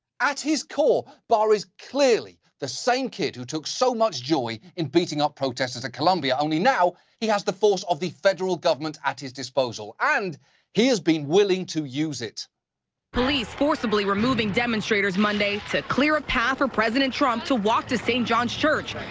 at his core, barr is clearly the same kid who took so much joy in beating up protestors at columbia. only now, he has the force of the federal government at his disposal, and he has been willing to use it. reporter two police forcibly removing demonstrators monday to clear a path for president trump to walk to st. john's church.